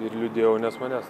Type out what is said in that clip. ir liūdėjau nes manęs